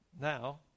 Now